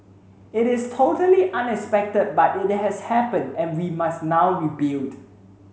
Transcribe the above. it is totally unexpected but it has happened and we must now rebuild